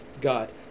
God